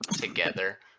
together